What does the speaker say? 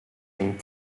and